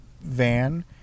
van